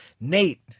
Nate